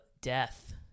death